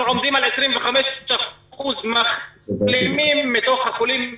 אנחנו עומדים על 25% מחלימים מתוך החולים.